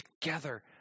together